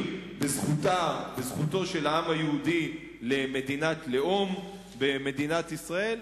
בזכותו של העם היהודי למדינת לאום במדינת ישראל.